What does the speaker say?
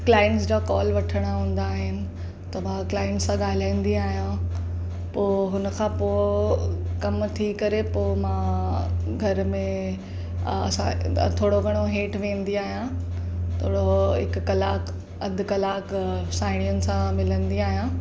clients जा call वठणु हूंदा आहिनि त मां क्लाइंट्स सां ॻाल्हाईंदी आहियां पोइ हुन खां पोइ कमु थी करे पोइ मां घर में असां थोरो घणो हेठि वेंदी आहियां थोरो हो हिकु कलाकु अधु कलाकु साहेड़ियुनि सां मिलंदी आहियां